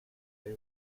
they